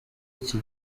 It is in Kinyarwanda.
iki